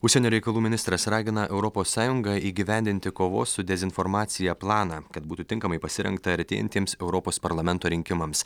užsienio reikalų ministras ragina europos sąjungą įgyvendinti kovos su dezinformacija planą kad būtų tinkamai pasirengta artėjantiems europos parlamento rinkimams